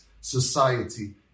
society